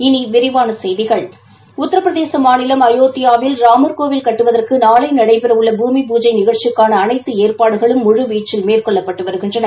இனி விரிவான செய்திகள் உத்திரபிரதேச மாநிலம் அயோத்தியாவில் ராமர் கோவில் கட்டுவதற்கு நாளை நடைபெறவுள்ள பூமி பூஜை நிகழ்ச்சிக்கான அனைத்து ஏற்பாடுகளும் முழுவீச்சில் மேற்கொள்ளப்பட்டு வருகின்றன